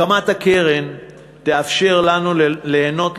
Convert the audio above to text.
הקמת הקרן תאפשר לנו ליהנות,